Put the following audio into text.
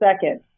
second